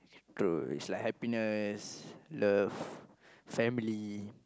true is like happiness love family